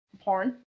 porn